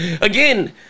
Again